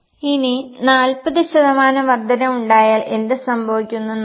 ഇനി 40 ശതമാനം വർദ്ധന ഉണ്ടായാൽ എന്ത് സംഭവിക്കുമെന്ന് നോക്കാം